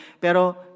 Pero